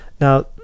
Now